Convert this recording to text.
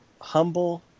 humble